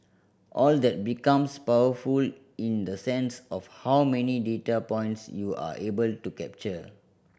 all that becomes powerful in the sense of how many data points you are able to capture